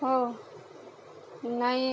हो नाही